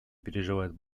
переживает